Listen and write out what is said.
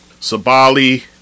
Sabali